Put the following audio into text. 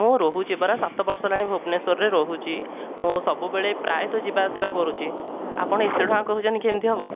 ମୁଁ ରହୁଛି ପରା ସାତବର୍ଷ ହେଲାଣି ଭୁବନେଶ୍ୱରରେ ରହୁଛି ମୁଁ ସବୁବେଳେ ପ୍ରାୟତଃ ଯିବା ଆସିବା କରୁଛି ଆପଣ ଏତେ ଟଙ୍କା କହୁଛନ୍ତି କେମିତି ହେବ